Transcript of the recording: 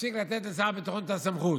נפסיק לתת לשר הביטחון את הסמכות.